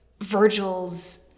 Virgil's